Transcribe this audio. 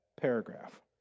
paragraph